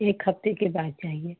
एक हफ़्ते के बाद चाहिए